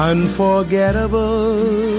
Unforgettable